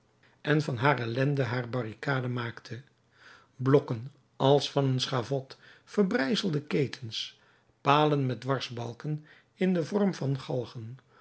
en van haar ellende haar barricade maakte blokken als van een schavot verbrijzelde ketens palen met dwarsbalken in den vorm van galgen